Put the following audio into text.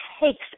takes